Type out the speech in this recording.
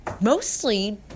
mostly